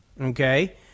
okay